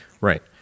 Right